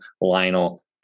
Lionel